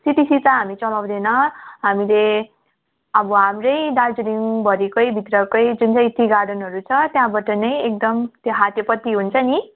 CTC त हामीले चलाउँदैन हामीले अब हाम्रै दार्जिलिङभरिकै भित्रकै जुन चाहिँ टी गार्डेनहरू छ त्यहाँबाट नै एकदम त्यो हातेपत्ती हुन्छ नि